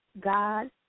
God